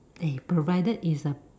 eh provided is a